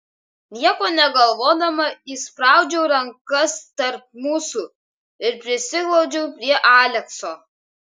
nieko negalvodama įspraudžiau rankas tarp mūsų ir prisiglaudžiau prie alekso